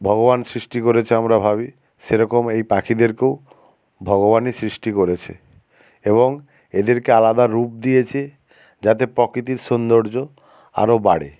ভগবান সৃষ্টি করেছে আমরা ভাবি সেরকম এই পাখিদেরকেও ভগবানই সৃষ্টি করেছে এবং এদেরকে আলাদা রূপ দিয়েছে যাতে প্রকৃতির সৌন্দর্য আরও বাড়ে